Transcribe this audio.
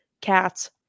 Cats